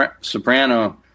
Soprano